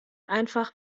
einfach